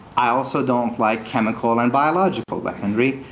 i also don't like chemical and biological weaponry.